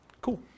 Cool